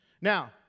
Now